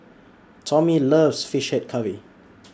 Tommie loves Fish Head Curry